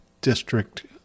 district